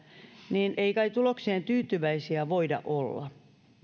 niin ei kai tulokseen tyytyväisiä voida olla